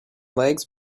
legs